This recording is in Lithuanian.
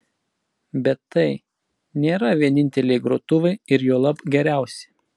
bet tai nėra vieninteliai grotuvai ir juolab geriausi